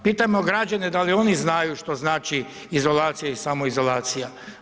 Pitajmo građane da li oni znaju što znači izolacija i samoizolacija.